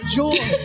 joy